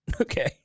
Okay